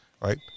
right